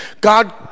God